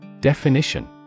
Definition